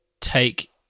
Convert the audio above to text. take